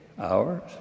hours